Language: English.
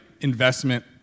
investment